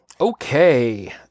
Okay